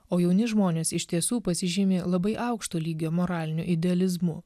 o jauni žmonės iš tiesų pasižymi labai aukštu lygiu moraliniu idealizmu